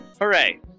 Hooray